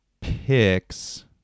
picks